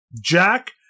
Jack